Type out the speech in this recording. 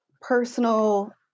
personal